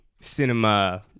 cinema